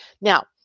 Now